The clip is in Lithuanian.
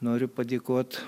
noriu padėkot